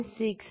62 3